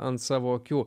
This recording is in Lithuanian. ant savo akių